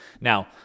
Now